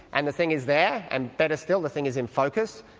and the thing is there and better still the thing is in focus.